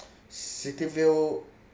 city view